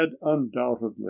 undoubtedly